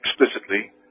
explicitly